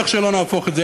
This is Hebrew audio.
איך שלא נהפוך את זה,